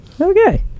Okay